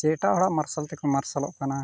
ᱥᱮ ᱮᱴᱟᱜ ᱦᱚᱲᱟᱜ ᱢᱟᱨᱥᱟᱞ ᱛᱮᱠᱚ ᱢᱟᱨᱥᱟᱞᱚᱜ ᱠᱟᱱᱟ